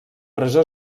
presó